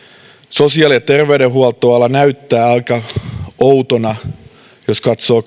sosiaali ja terveydenhuoltoala näyttäytyy aika outona jos katsoo